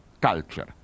culture